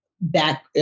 back